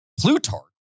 Plutarch